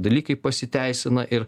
dalykai pasiteisina ir